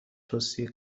توصیه